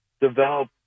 develop